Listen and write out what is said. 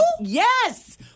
Yes